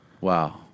Wow